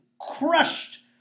crushed